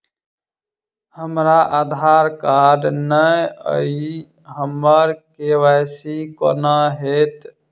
हमरा आधार कार्ड नै अई हम्मर के.वाई.सी कोना हैत?